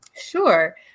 Sure